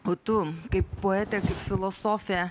o tu kaip poetė kaip filosofė